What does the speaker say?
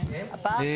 הישיבה.